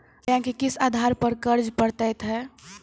Bank किस आधार पर कर्ज पड़तैत हैं?